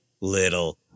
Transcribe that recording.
little